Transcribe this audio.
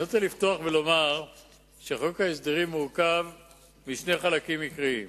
אני רוצה לפתוח ולומר שחוק ההסדרים מורכב משני חלקים עיקריים.